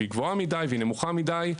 והיא גבוהה מדיי והיא נמוכה מדיי,